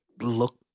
look